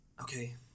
Okay